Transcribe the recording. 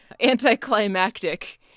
anticlimactic